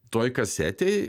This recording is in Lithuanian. toj kasetėj